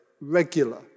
regular